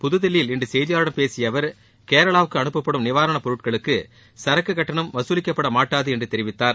புதுதில்லியில் இன்று செய்தியாளர்களிடம் பேசிய அவர் கேரளாவுக்கு அனுப்பப்படும் நிவாரணப்பொருட்களுக்கு சுரக்குக்கட்டணம் வசூலிக்கப்பட மாட்டாது என்று தெரிவித்தார்